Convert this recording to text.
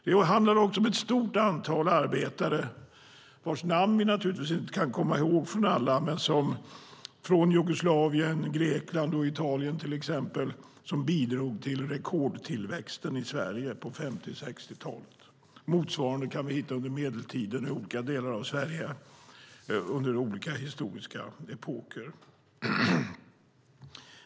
Det handlar också om ett stort antal arbetare, vars namn vi naturligtvis inte kan komma ihåg, från till exempel Jugoslavien, Grekland och Italien som bidrog till rekordtillväxten i Sverige på 50 och 60-talet. Motsvarande kan vi hitta under medeltiden i olika delar av Sverige under olika historiska epoker.